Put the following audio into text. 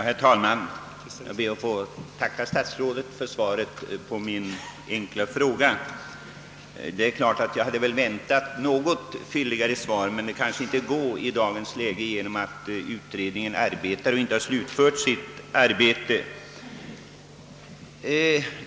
Herr talman! Jag ber att få tacka statsrådet för svaret på min enkla fråga. Jag hade visserligen väntat ett något fylligare svar, men det kanske inte går att lämna ett sådant i dagens läge, eftersom utredningen inte har slutfört sitt arbete.